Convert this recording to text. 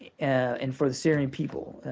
and for the syrian people.